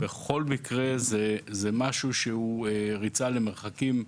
ובכל מקרה, מדובר בנושא שהוא ריצה למרחקים,